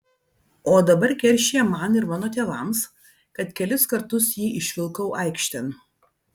o dabar keršija man ir mano tėvams kad kelis kartus jį išvilkau aikštėn